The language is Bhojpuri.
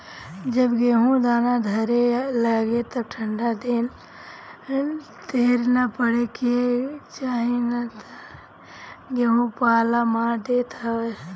जब गेहूँ दाना धरे लागे तब ठंडा ढेर ना पड़े के चाही ना तऽ गेंहू पाला मार देत हवे